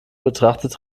betrachtet